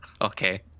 Okay